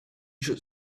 should